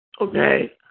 Okay